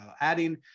adding